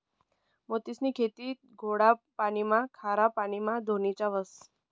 मोतीसनी खेती गोडा पाणीमा, खारा पाणीमा धोनीच्या व्हस